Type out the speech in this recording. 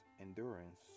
endurance